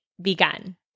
begun